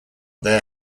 their